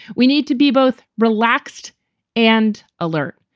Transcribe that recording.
we need to be both relaxed and alert.